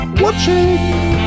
watching